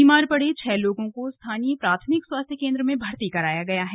बीमार पड़े छह लोगों को स्थानीय प्राथमिक स्वास्थ्य केंद्र में भर्ती कराया गया है